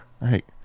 right